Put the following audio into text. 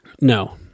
No